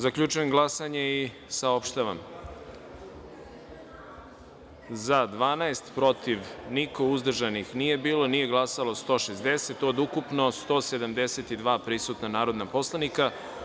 Zaključujem glasanje i saopštavam: za – 12, protiv – niko, uzdržanih – nema, nije glasalo – 160, od ukupno 172 prisutna narodna poslanika.